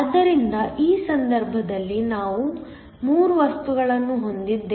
ಆದ್ದರಿಂದ ಈ ಸಂದರ್ಭದಲ್ಲಿ ನಾವು 3 ವಸ್ತುಗಳನ್ನು ಹೊಂದಿದ್ದೇವೆ